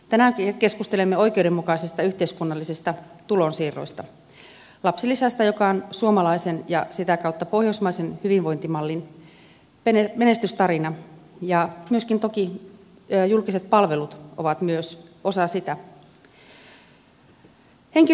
tänään keskustelemme oikeudenmukaisista yhteiskunnallisista tulonsiirroista lapsilisästä joka on suomalaisen ja sitä kautta pohjoismaisen hyvinvointimallin menestystarina ja toki julkiset palvelut ovat myös osa sitä